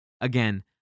Again